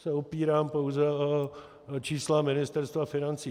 Já se opírám pouze o čísla Ministerstva financí.